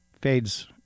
fades